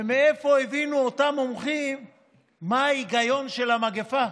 ומאיפה הבינו אותם מומחים מה ההיגיון של המגפה?